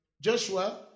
Joshua